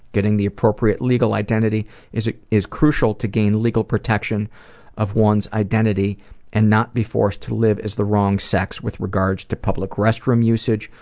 getting the appropriate legal identity is is crucial to gain legal protection of one's identity and not be forced to live as the wrong sex with regards to public restroom usage,